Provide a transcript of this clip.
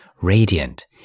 radiant